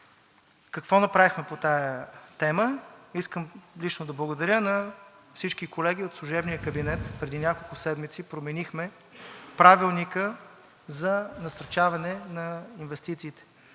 Какво направихме по тази тема? Искам лично да благодаря на всички колеги от служебния кабинет – преди няколко седмици променихме Правилника за насърчаване на инвестициите